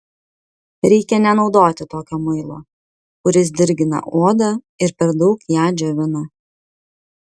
reikia nenaudoti tokio muilo kuris dirgina odą ir per daug ją džiovina